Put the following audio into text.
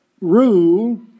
rule